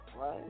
right